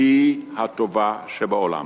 והיא הטובה שבעולם,